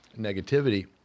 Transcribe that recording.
negativity